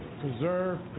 preserve